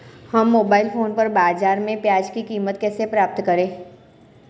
हम mobile phone पर बाज़ार में प्याज़ की कीमत कैसे पता करें?